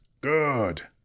Good